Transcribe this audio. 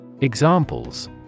Examples